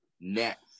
Next